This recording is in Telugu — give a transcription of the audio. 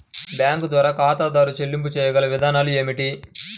బ్యాంకుల ద్వారా ఖాతాదారు చెల్లింపులు చేయగల విధానాలు ఏమిటి?